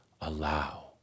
allow